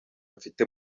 mfite